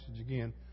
again